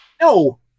No